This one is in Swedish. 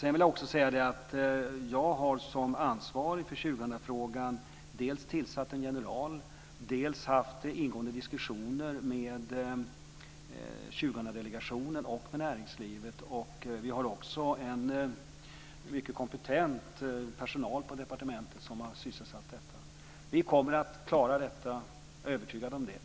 Sedan vill jag också säga att jag har, som ansvarig för 2000-frågan, dels tillsatt en general, dels haft ingående diskussioner med 2000-delegationen och med näringslivet. Vi har också en mycket kompetent personal på departementet som har sysselsatt sig med detta. Vi kommer att klara detta. Jag är övertygad om det.